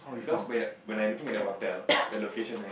because when when I looking at the hotel the location right